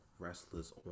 wrestlers